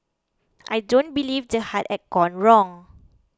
I don't believe the heart had gone wrong